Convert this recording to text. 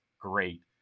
great